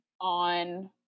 on